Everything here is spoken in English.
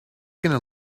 gonna